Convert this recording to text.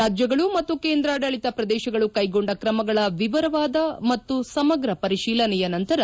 ರಾಜ್ಯಗಳು ಮತ್ತು ಕೇಂಧಾಡಳಿತ ಪ್ರದೇಶಗಳು ಕೈಗೊಂಡ ಕ್ರಮಗಳ ವಿವರವಾದ ಮತ್ತು ಸಮಗ್ರ ಪರಿತೀಲನೆಯ ನಂತರ